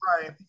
right